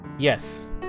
yes